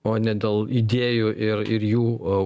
o ne dėl idėjų ir ir jų au